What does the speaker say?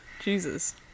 Jesus